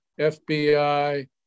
FBI